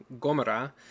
Gomera